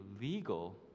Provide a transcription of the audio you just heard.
legal